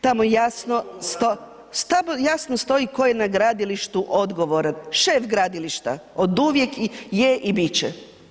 Tamo jasno stoji tko je na gradilištu odgovoran, šef gradilišta, oduvijek je i bit će.